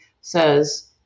says